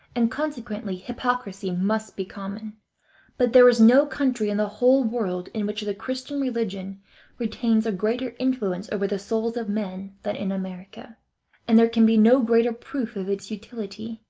and consequently hypocrisy must be common but there is no country in the whole world in which the christian religion retains a greater influence over the souls of men than in america and there can be no greater proof of its utility,